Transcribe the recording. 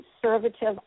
conservative